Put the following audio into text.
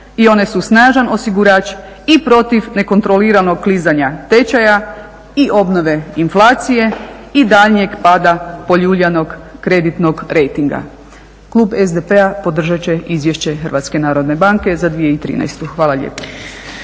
i one su snažan osigurač i protiv nekontroliranog klizanja tečaja i obnove inflacije i daljnjeg pada poljuljanog kreditnog rejtinga. Klub SDP-a podržat će Izvješće HNB-a za 2013. Hvala lijepa.